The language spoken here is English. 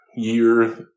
year